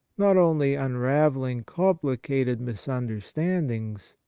not only unravelling complicated misunder standings,